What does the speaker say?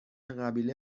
قبیله